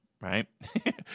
right